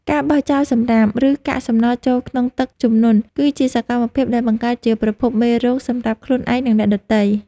ការបោះចោលសម្រាម ឬកាកសំណល់ចូលក្នុងទឹកជំនន់គឺជាសកម្មភាពដែលបង្កើតជាប្រភពមេរោគសម្រាប់ខ្លួនឯង និងអ្នកដទៃ។